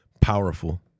powerful